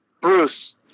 Bruce